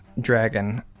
dragon